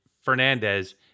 Fernandez